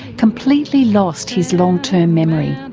completely lost his long-term memory.